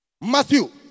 Matthew